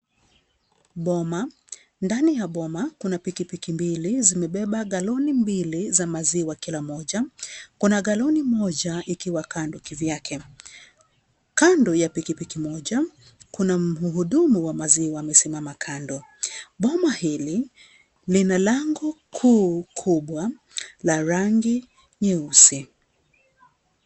Boma, ndani ya boma kuna pikipiki mbili zimebeba galoni mbili za maziwa kila moja, kuna galoni moja ikiwa kando kivyake. Kando ya pikipiki moja kuna muhudumu wa maziwa amesimama kando. Boma hili lina lango kuu kubwa la rangi nyeusi.